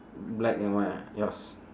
black and white yours